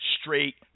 straight